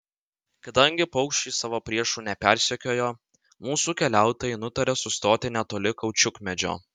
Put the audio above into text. kadangi paukščiai savo priešų nepersekiojo mūsų keliautojai nutarė sustoti netoli kaučiukmedžio